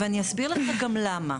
ואני אסביר לכם גם למה.